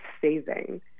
saving